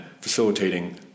facilitating